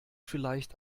vielleicht